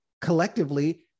collectively